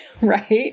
Right